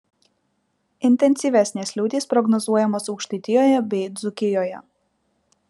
intensyvesnės liūtys prognozuojamos aukštaitijoje bei dzūkijoje